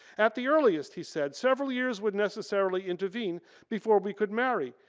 at the earliest he said several years would necessarily intervene before we could marry.